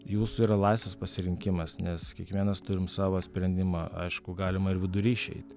jūsų yra laisvas pasirinkimas nes kiekvienas turim savo sprendimą aišku galima ir vidury išeiti